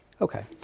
Okay